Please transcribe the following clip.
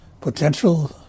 potential